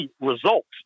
results